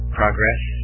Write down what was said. progress